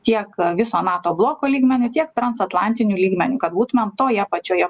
tiek viso nato bloko lygmeniu tiek transatlantiniu lygmeniu kad būtumėm toje pačioje